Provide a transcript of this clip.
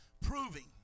Proving